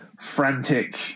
frantic